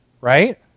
right